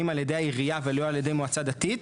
על ידי העירייה ולא על ידי מועצה דתית.